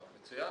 לא, מצוין.